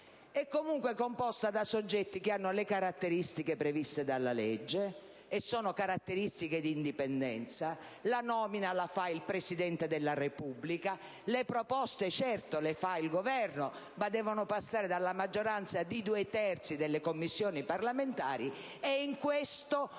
è comunque composta da soggetti che hanno le caratteristiche previste dalla legge, e che sono caratteristiche di indipendenza. La nomina la fa il Presidente della Repubblica; le proposte, certo, le fa il Governo, ma devono passare dalla maggioranza di due terzi delle Commissioni parlamentari e, in questo